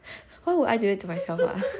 why would I do that to myself ah